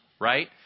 right